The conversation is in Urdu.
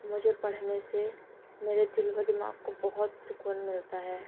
مجھے پڑھنے سے میرے دل و دماغ کو بہت سکون ملتا ہے